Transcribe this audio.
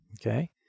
okay